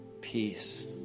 peace